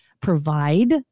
provide